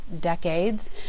decades